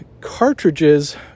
cartridges